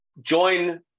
join